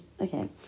Okay